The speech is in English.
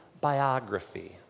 biography